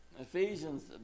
Ephesians